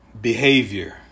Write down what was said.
behavior